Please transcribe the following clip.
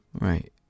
right